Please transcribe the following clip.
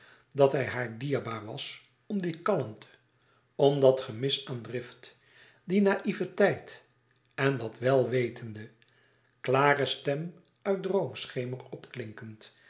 dat hij haar dierbaar was om die kalmte om dat gemis aan drift die naïveteit en dat welwetende klare stem uit